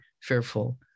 fearful